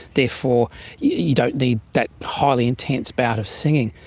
therefore you don't need that highly intense bout of singing.